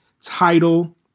title